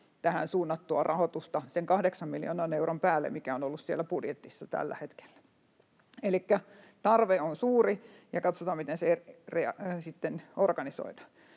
tähän suunnattua rahoitusta sen kahdeksan miljoonan euron päälle, mikä on ollut siellä budjetissa tällä hetkellä. Elikkä tarve on suuri, ja katsotaan, miten se sitten organisoidaan.